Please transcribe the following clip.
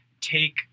take